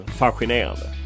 fascinerande